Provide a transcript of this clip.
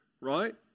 Right